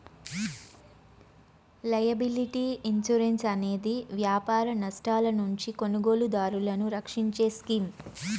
liability insurance అనేది వ్యాపార నష్టాల నుండి కొనుగోలుదారులను రక్షించే స్కీమ్